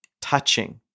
touching